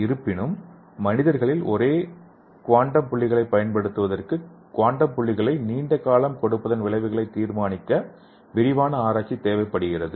இருப்பினும் மனிதர்களில் ஒரே குவாண்டம் புள்ளிகளைப் பயன்படுத்துவதற்கு குவாண்டம் புள்ளிகளை நீண்ட காலம் கொடுப்பதன் விளைவுகளைத் தீர்மானிக்க விரிவான ஆராய்ச்சி தேவைப்படுகிறது